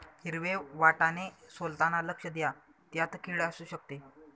हिरवे वाटाणे सोलताना लक्ष द्या, त्यात किड असु शकते